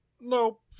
Nope